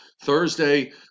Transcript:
thursday